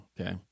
okay